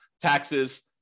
taxes